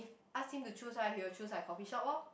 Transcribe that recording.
if ask him to choose right he will choose like coffee shop loh